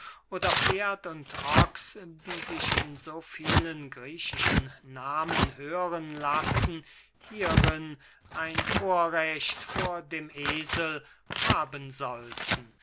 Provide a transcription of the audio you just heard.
oder pferd und ochs die sich in so vielen griechischen nahmen hören lassen hierin ein vorrecht vor dem esel haben sollten